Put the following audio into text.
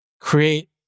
create